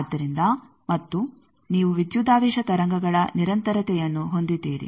ಆದ್ದರಿಂದ ಮತ್ತು ನೀವು ವಿದ್ಯುದಾವೇಶ ತರಂಗಗಳ ನಿರಂತರತೆಯನ್ನು ಹೊಂದಿದ್ದೀರಿ